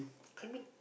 come in